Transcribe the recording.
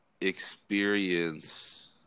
experience